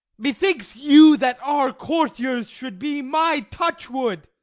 methinks you that are courtiers should be my touch-wood,